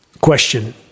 Question